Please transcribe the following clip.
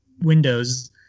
windows